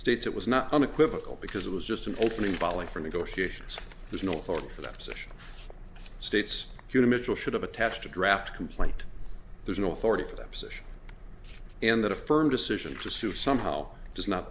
states it was not unequivocal because it was just an opening volley for negotiations there's no authority for that position states mitchell should have attached a draft complaint there's no authority for that position and that a firm decision to sue somehow does not